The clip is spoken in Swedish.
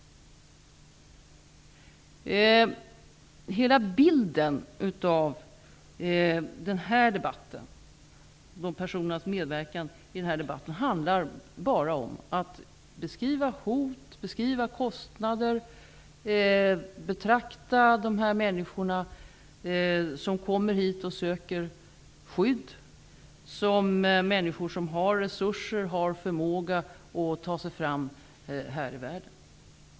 Hela bilden som de medverkande personerna i den här debatten beskriver handlar bara om hot, kostnader och om att man betraktar dessa människor som kommer hit och söker skydd som människor som har resurser och förmåga att ta sig fram här i världen.